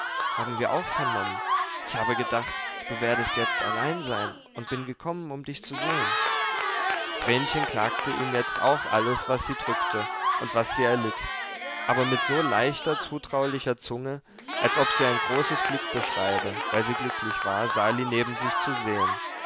haben wir auch vernommen ich habe gedacht du werdest jetzt allein sein und bin gekommen um dich zu sehen vrenchen klagte ihm jetzt auch alles was sie drückte und was sie erlitt aber mit so leichter zutraulicher zunge als ob sie ein großes glück beschriebe weil sie glücklich war sali neben sich zu sehen